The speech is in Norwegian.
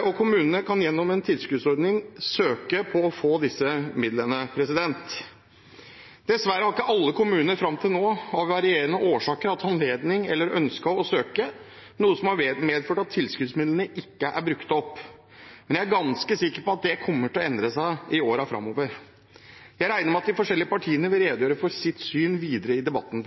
og kommunene kan gjennom en tilskuddsordning søke om å få midlene. Dessverre har ikke alle kommuner fram til nå, av varierende årsaker, hatt anledning til eller ønske om å søke, noe som har medført at tilskuddsmidlene ikke er brukt opp. Men jeg er ganske sikker på at det kommer til å endre seg i årene framover. Jeg regner med at de forskjellige partiene vil redegjøre for sitt syn i debatten.